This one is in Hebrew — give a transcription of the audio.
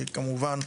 וכמובן,